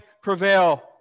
prevail